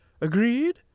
Agreed